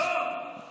לא, לא.